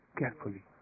carefully